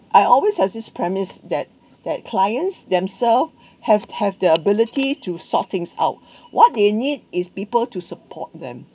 I always has this premise that that clients themselves have have the ability to sort things out what they need is people to support them